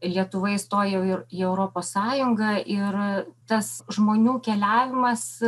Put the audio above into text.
lietuva įstojo ir į europos sąjungą ir tas žmonių keliavimas